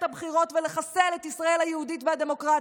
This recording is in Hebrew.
הבחירות ולחסל את ישראל היהודית והדמוקרטית.